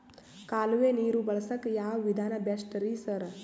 ಕಾಲುವೆ ನೀರು ಬಳಸಕ್ಕ್ ಯಾವ್ ವಿಧಾನ ಬೆಸ್ಟ್ ರಿ ಸರ್?